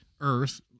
Earth